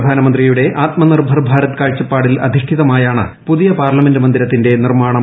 പ്രധാനമന്ത്രിയുടെ ആത്മനിർഭർ ഭാരത് കാഴ്ചപ്പാടിൽ അധിഷ്ഠിതമായാണ് പുതിയ പാർലമെന്റ് മന്ദിരത്തിന്റെ നിർമ്മാണം